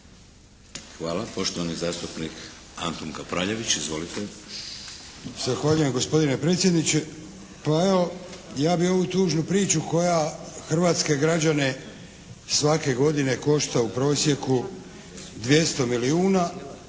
(HDZ)** Poštovani zastupnik Antun Kapraljević. Izvolite!